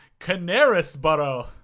Canarisborough